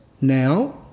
now